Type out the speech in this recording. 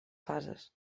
fases